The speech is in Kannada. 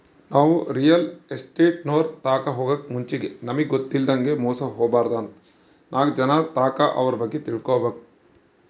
ನಾವು ರಿಯಲ್ ಎಸ್ಟೇಟ್ನೋರ್ ತಾಕ ಹೊಗಾಕ್ ಮುಂಚೆಗೆ ನಮಿಗ್ ಗೊತ್ತಿಲ್ಲದಂಗ ಮೋಸ ಹೊಬಾರ್ದಂತ ನಾಕ್ ಜನರ್ತಾಕ ಅವ್ರ ಬಗ್ಗೆ ತಿಳ್ಕಬಕು